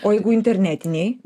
o jeigu internetinėj